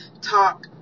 talk